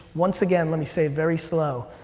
once again, let me say, very slow,